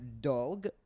dog